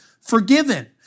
forgiven